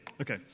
Okay